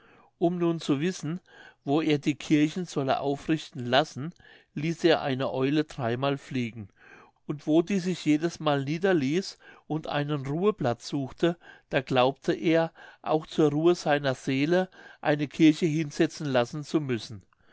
um nun zu wissen wo er die kirchen solle aufrichten lassen ließ er eine eule dreimal fliegen und wo die sich jedesmal niederließ und einen ruheplatz suchte da glaubte er auch zur ruhre seiner seele eine kirche hinsetzen lassen zu müssen